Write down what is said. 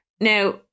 now